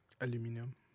Aluminum